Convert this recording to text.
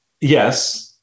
yes